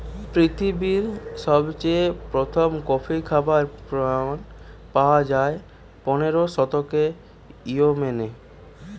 পৃথিবীরে সবচেয়ে প্রথম কফি খাবার প্রমাণ পায়া যায় পনেরোর শতকে ইয়েমেনে